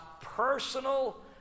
personal